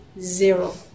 Zero